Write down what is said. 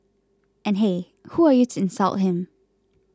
and hey who are you to insult him